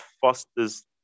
fosters